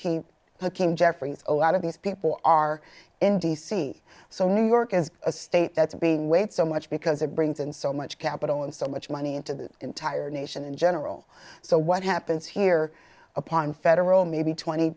looking jeffries a lot of these people are in d c so new york is a state that's being waged so much because it brings in so much capital and so much money into the entire nation in general so what happens here upon federal maybe twenty